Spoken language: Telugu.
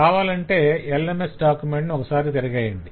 కావాలంటే LMS డాక్యుమెంట్ ను ఒక సారి తిరగెయ్యండి